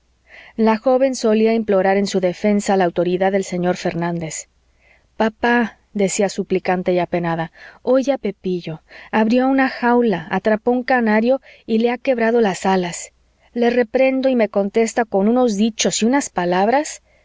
la joven solía implorar en su defensa la autoridad del señor fernández papá decía suplicante y apenada oye a pepillo abrió una jaula atrapó un canario y le ha quebrado las alas le reprendo y me contesta con unos dichos y unas palabras